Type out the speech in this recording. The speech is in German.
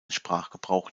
sprachgebrauch